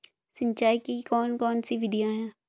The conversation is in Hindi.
सिंचाई की कौन कौन सी विधियां हैं?